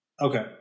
Okay